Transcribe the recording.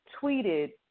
tweeted